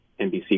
NBC